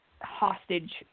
hostage